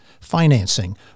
financing